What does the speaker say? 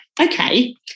okay